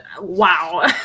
Wow